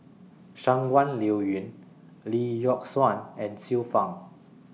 Shangguan Liuyun Lee Yock Suan and Xiu Fang